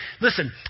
Listen